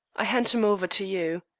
i hand him over to you.